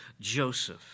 Joseph